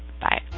Bye